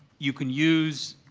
you can use,